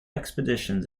expeditions